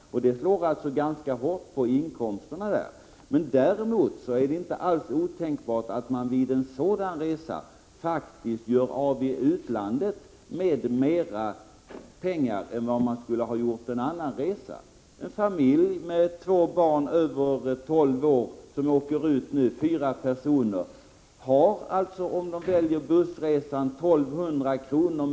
Det slår ganska hårt på inkomsterna. Däremot är det inte alls otänkbart att människor vid en sådan resa i utlandet gör av med mer pengar än de skulle ha gjort på en annan resa. En familj med två barn över 12 år som åker ut — alltså fyra personer — har, om den väljer bussresan, 1 200 kr.